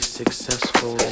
successful